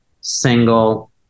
single